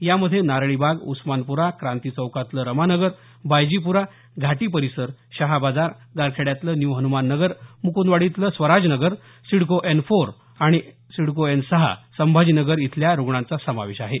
यामध्ये नारळीबाग उस्मानप्रा क्रांती चौकातलं रमा नगर बायजीप्रा घाटी परिसर शहा बाजार गारखेड्यातलं न्यू हनुमान नगर मुकुंदवाडीतलं Swaraj Nagar CIDCO N four आणि सिडको एन सहा संभाजी नगर इथल्या रुग्णांचा समावेश आहे